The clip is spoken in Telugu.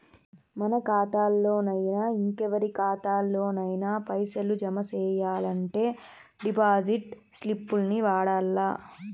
మన కాతాల్లోనయినా, ఇంకెవరి కాతాల్లోనయినా పైసలు జమ సెయ్యాలంటే డిపాజిట్ స్లిప్పుల్ని వాడల్ల